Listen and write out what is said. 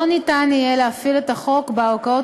לא ניתן יהיה להפעיל את החוק בערכאות